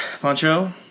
Pancho